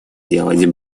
делать